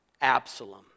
Absalom